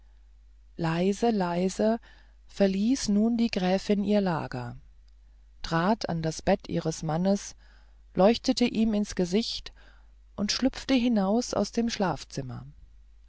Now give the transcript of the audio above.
leise leise verließ nun die gräfin ihr lager trat an das bett des grafen leuchtete ihm ins gesicht und schlüpfte hinaus aus dem schlafzimmer